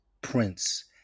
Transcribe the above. Prince